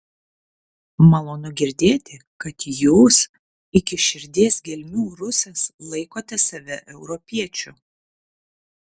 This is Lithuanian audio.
malonu girdėti kad jūs iki širdies gelmių rusas laikote save europiečiu